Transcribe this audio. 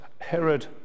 Herod